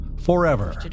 forever